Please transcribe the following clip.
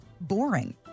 boring